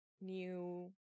new